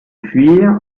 fuir